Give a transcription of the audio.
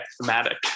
thematic